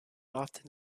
often